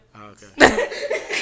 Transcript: okay